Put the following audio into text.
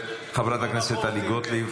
חברת הכנסת טלי גוטליב,